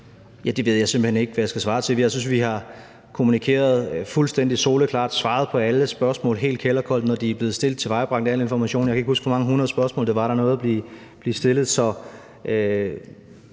Det ved jeg simpelt hen ikke hvad jeg skal svare til. Jeg synes, vi har kommunikeret fuldstændig soleklart, svaret på alle spørgsmål helt kælderkoldt, når de er blevet stillet, og tilvejebragt al information. Jeg kan ikke huske, hvor mange hundrede spørgsmål det var, der nåede at blive stillet.